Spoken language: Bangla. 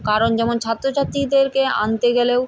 কারণ যেমন ছাত্র ছাত্রীদেরকে আনতে গেলেও